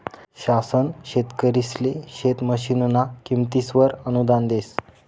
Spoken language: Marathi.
शासन शेतकरिसले शेत मशीनना किमतीसवर अनुदान देस